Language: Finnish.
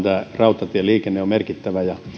rautatieliikenne on merkittävä